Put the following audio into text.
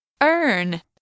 earn